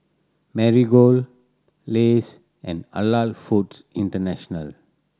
Marigold Lays and Halal Foods International